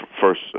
first